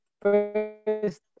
First